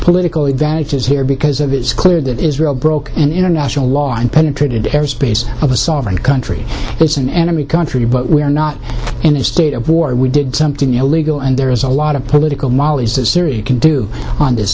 political advantages here because it is clear that israel broke an international law and penetrated the airspace of a sovereign country it's an enemy country but we are not in a state of war we did something illegal and there is a lot of political mollies that syria can do on this